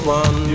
one